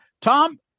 Tom